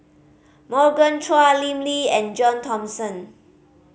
Morgan Chua Lim Lee and John Thomson